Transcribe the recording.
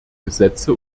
gesetze